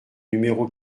numéro